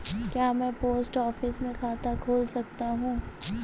क्या मैं post office में खाता खोल सकता हूँ?